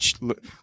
look